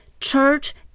Church